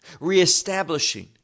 reestablishing